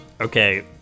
Okay